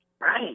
Right